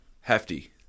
hefty